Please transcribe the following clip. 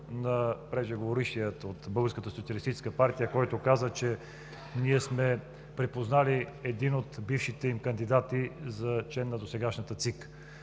на преждеговорившия от „Българската социалистическа партия“, който каза, че ние сме припознали един от бившите им кандидати за член на досегашната ЦИК.